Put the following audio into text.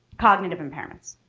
cognitive impairments.